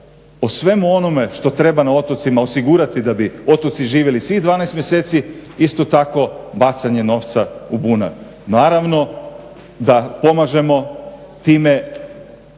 o svemu onome što treba na otocima osigurati da bi otoci živjeli svih 12 mjeseci, isto tako bacanje novca u bunar. Naravno da pomažemo time